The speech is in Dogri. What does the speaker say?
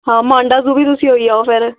हा मांडा ज़ू बी तुस होई आओ फिर